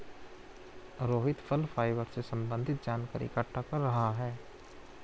रोहित फल फाइबर से संबन्धित जानकारी इकट्ठा कर रहा है